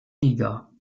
niger